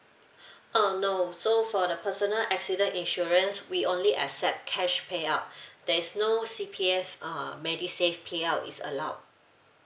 uh no so for the personal accident insurance we only accept cash payout there's no C_P_F uh medisave payout is allowed